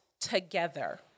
together